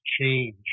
change